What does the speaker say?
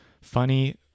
funny